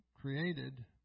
created